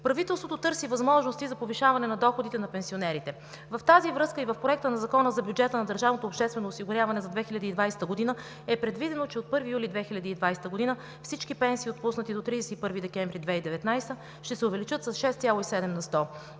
Правителството търси възможности за повишаване на доходите на пенсионерите. В тази връзка в Проекта на закон за бюджета на държавното обществено осигуряване за 2020 г. е предвидено, че от 1 юли 2020 г. всички пенсии, отпуснати до 31 декември 2019 г., ще се увеличат с 6,7 на сто.